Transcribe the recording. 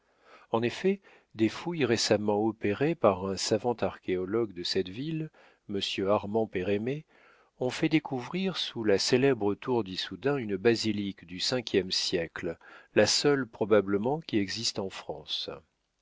en effet des fouilles récemment opérées par un savant archéologue de cette ville m armand pérémet ont fait découvrir sous la célèbre tour d'issoudun une basilique du cinquième siècle la seule probablement qui existe en france